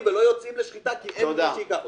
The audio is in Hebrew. ולא יוצאים לשחיטה כי אין מי שייקח אותם.